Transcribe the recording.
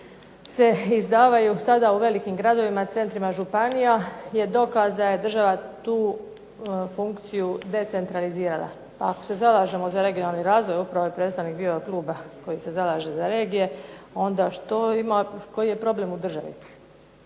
se izdavaju sada u velikim gradovima, centrima županija, je dokaz da je država tu funkciju decentralizirala. Pa ako se zalažemo za regionalni razvoj, upravo je bio predstavnik kluba koji se zalaže za regije, onda što ima, koji je problem u državi,